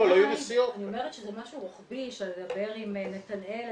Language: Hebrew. אני אומרת שזה משהו רוחבי של לדבר עם נתנאל,